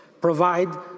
provide